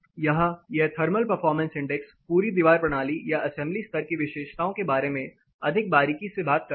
यहां यह thermal performance index पूरी दीवार प्रणाली या असेंबली स्तर विशेषताओं के बारे में अधिक बारीकी से बात करता है